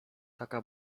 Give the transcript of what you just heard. taka